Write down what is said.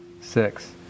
six